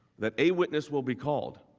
that a witness will be called